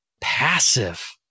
passive